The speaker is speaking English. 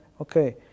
okay